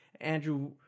Andrew